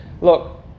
look